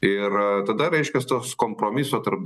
ir tada reiškias tos kompromiso tarp